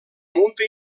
multa